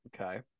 Okay